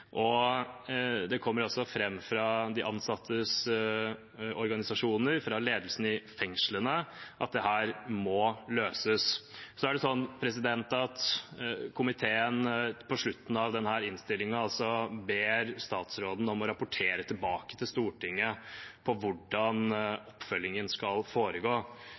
Det kommer fram fra de ansattes organisasjoner, fra ledelsen i fengslene, at dette må løses. Komiteen ber i slutten av denne innstillingen statsråden om å rapportere tilbake til Stortinget om hvordan oppfølgingen skal foregå.